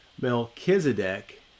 Melchizedek